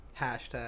hashtag